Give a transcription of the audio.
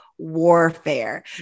warfare